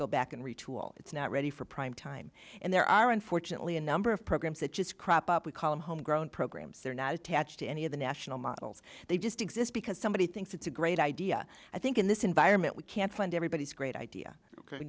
go back and retool it's not ready for prime time and there are unfortunately a number of programs that just crop up we call home grown programs attached to any of the national models they just exist because somebody thinks it's a great idea i think in this environment we can fund everybody's great idea